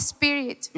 Spirit